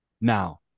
Now